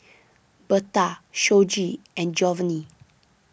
Bertha Shoji and Jovanni